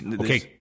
Okay